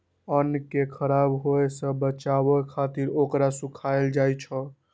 अन्न कें खराब होय सं बचाबै खातिर ओकरा सुखायल जाइ छै